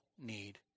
need